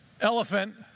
Elephant